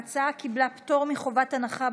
ההצעה קיבלה פטור מחובת הנחה,